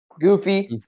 goofy